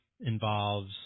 involves